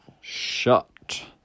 Shut